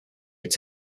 its